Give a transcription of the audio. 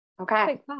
okay